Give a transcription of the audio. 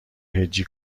هجی